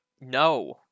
No